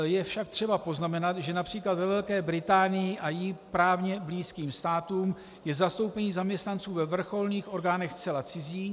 Je však třeba poznamenat, že například ve Velké Británii a jí právně blízkým státům je zastoupení zaměstnanců ve vrcholných orgánech zcela cizí.